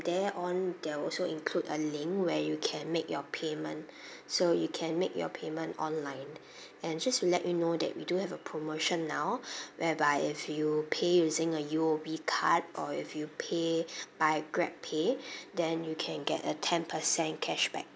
there on there'll also include a link where you can make your payment so you can make your payment online and just to let you know that we do have a promotion now whereby if you pay using a U_O_B card or if you pay by grabpay then you can get a ten percent cashback